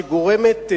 שגורמת,